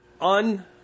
un